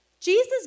Jesus